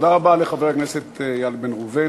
תודה רבה לחבר הכנסת איל בן ראובן.